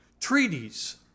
Treaties